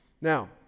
now